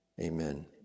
Amen